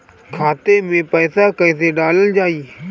खाते मे पैसा कैसे डालल जाई?